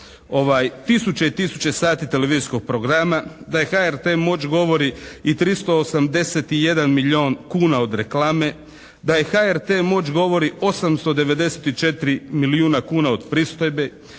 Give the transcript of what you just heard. tisuće i tisuće sati televizijskog programa, da je HRT moć govori i 381 milijun kuna od reklame, da je HRT moć govori 894 milijuna kuna od pristojbe,